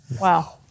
Wow